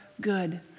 good